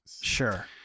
sure